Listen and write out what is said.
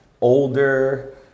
older